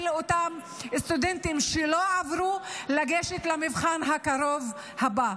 לאותם סטודנטים שלא עברו לגשת למבחן הקרוב הבא.